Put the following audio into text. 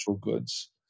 goods